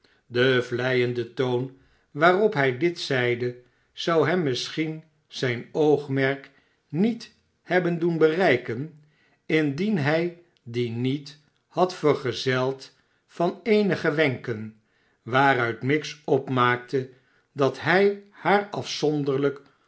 de vleiende toon waarop hij dit zeide zou hem misschien zrjn oogmerk niet hebben doen bereiken indien hij dien niet had vergezeld van eenige wenken waaruit miggs opmaakte dat hij haar afzonderlijk